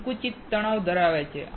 46 છે